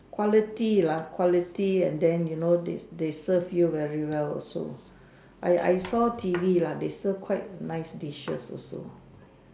quality lah quality and then you know they serve you very well also I I saw T_V lah they serve quite nice dishes also